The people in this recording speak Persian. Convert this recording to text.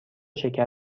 شکر